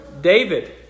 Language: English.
David